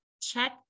check